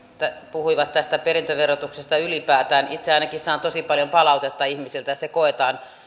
puhuivat tästä perintöverotuksesta ylipäätään itse ainakin saan tosi paljon palautetta ihmisiltä että se koetaan